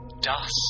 Dust